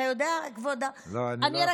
אתה יודע, כבוד, לא, אני לא יכול.